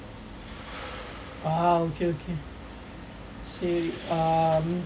ah okay okay say um